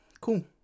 Cool